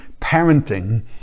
parenting